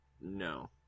no